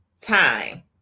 time